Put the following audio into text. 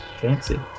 fancy